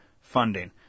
funding